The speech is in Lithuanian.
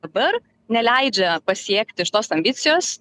dabar neleidžia pasiekti šitos ambicijos